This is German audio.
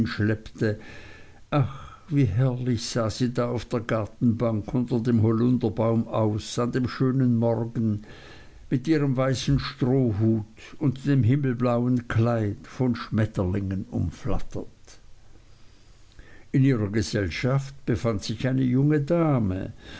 ach wie herrlich sah sie da auf der gartenbank unter dem hollunderbaum aus an dem schönen morgen mit ihrem weißen strohhut und dem himmelblauen kleid von schmetterlingen umflattert in ihrer gesellschaft befand sich eine junge dame